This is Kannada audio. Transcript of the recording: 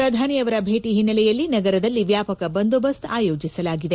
ಪ್ರಧಾನಿ ಅವರ ಭೇಟಿ ಹಿನ್ನೆಲೆಯಲ್ಲಿ ನಗರದಲ್ಲಿ ವ್ಯಾಪಕ ಬಂದೋಬಸ್ ಆಯೋಜಿಸಲಾಗಿದೆ